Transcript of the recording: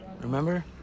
Remember